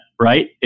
Right